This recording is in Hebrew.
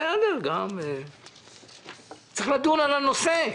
צריך לדון על הנושא.